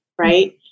right